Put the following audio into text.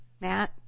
Matt